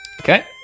Okay